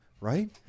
Right